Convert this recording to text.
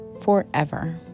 forever